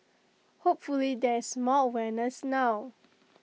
hopefully there is more awareness now